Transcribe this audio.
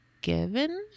given